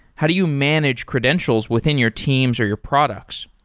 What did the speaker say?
how do you manage credentials within your teams or your products?